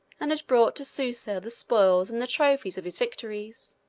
and had brought to susa the spoils and the trophies of his victories.